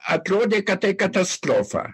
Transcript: atrodė kad tai katastrofa